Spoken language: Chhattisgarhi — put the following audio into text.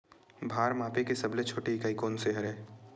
भार मापे के सबले छोटे इकाई कोन सा हरे?